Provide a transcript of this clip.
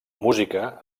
música